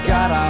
God